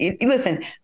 listen